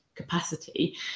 capacity